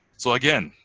so again,